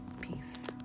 Peace